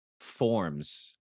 forms